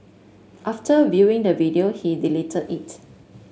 after viewing the video he deleted it